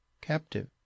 captive